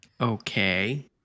okay